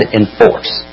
enforce